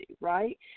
right